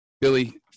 Billy